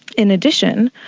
in addition,